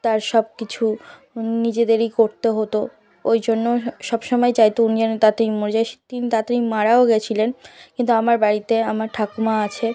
তার সব কিছু নিজেদেরই করতে হতো ওই জন্য সব সময় চাইতো উনি যে তাড়াতাড়ি মরে যায় সে তিনি তাড়াতাড়ি মারাও গেছিলেন কিন্তু আমার বাড়িতে আমার ঠাকুমা আছে